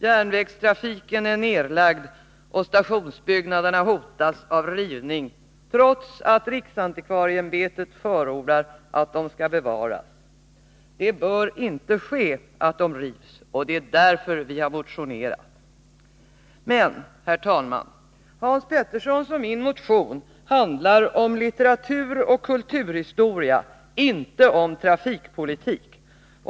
Järnvägstrafiken är nedlagd, och stationsbyggnaderna hotas — trots att riksantikvarieämbetet förordat att de skall bevaras — av rivning. Det bör inte få ske, och det är därför vi har motionerat. Hans Peterssons och min motion handlar om litteraturoch kulturhistoria —- inte om trafikpolitik.